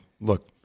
look